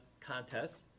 contests